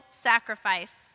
sacrifice